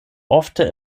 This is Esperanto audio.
ofte